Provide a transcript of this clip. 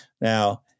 Now